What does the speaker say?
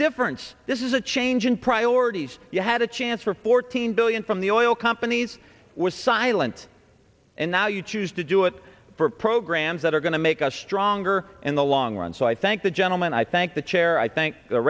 difference this is a change in priorities you had a chance for fourteen billion from the oil companies was silent and now you choose to do it for programs that are going to make us stronger in the long run so i thank the gentleman i thank the chair i thank the